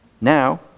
Now